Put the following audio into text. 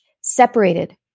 separated